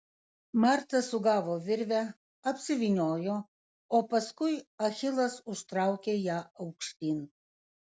marta sugavo virvę apsivyniojo o paskui achilas užtraukė ją aukštyn